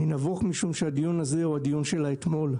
אני נבוך משום שהדיון הזה הוא הדיון של האתמול,